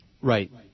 Right